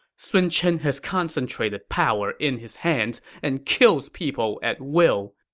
sun chen has concentrated power in his hands and kills people at will.